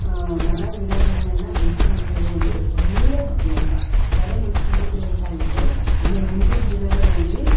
ಮರಗಿಡಗಳನ್ನೆಲ್ಲ ಬೆಳ್ಸುವಂಥದು ಒಂದು ಒಳ್ಳೆಯ ಹವ್ಯಾಸ ಯಾರೋ ನಮ್ಮ ಸ್ನೇಹಿತ್ರು ಹೇಳ್ತಾಯಿದ್ರು ಅಯ್ಯೋ ಮುಂದಿನ ದಿನಗಳಲ್ಲಿ